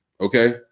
okay